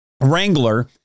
wrangler